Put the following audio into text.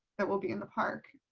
that will be in the park.